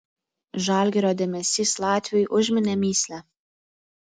žalgirio dėmesys latviui užminė mįslę